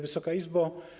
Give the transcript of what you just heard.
Wysoka Izbo!